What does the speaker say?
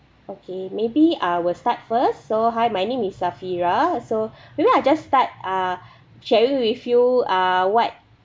okay maybe I will start first so hi my name is safira so maybe I'll just start uh sharing with you uh what